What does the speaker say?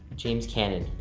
james cannon.